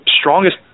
strongest